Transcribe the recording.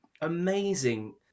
amazing